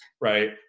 right